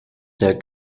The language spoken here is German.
der